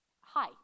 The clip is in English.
Hi